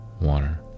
water